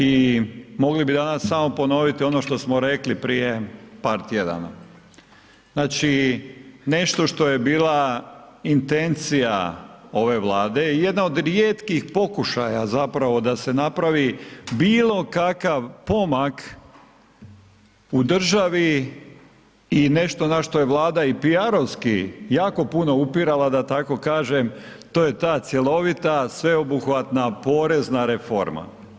I mogli bi danas samo ponoviti ono što smo rekli prije par tjedana, znači nešto što je bila intencija ove Vlade i jedna od rijetkih pokušaja da se napravi bilo kakav pomak u državi i nešto na što je Vlada i PR-ovski jako puno upirala, da tako kažem, to je ta cjelovita, sveobuhvatna, porezna reforma.